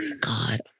God